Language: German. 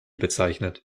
bezeichnet